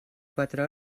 quatre